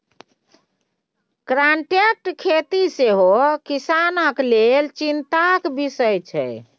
contract खेती सेहो किसानक लेल चिंताक बिषय छै